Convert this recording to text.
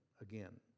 again